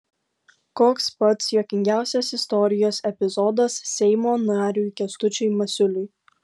koks pats juokingiausias istorijos epizodas seimo nariui kęstučiui masiuliui